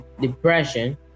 depression